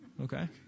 Okay